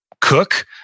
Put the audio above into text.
cook